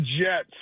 Jets